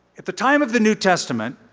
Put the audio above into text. at the time of the new testament,